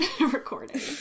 recording